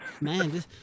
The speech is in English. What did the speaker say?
man